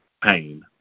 pain